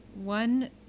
one